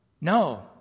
No